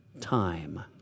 time